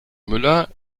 müller